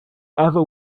ever